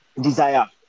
desire